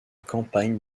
campagne